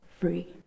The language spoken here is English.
free